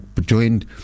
joined